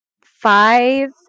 five